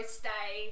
stay